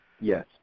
Yes